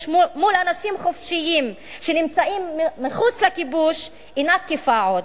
מול אנשים חופשיים שנמצאים מחוץ לכיבוש אינה תקפה עוד.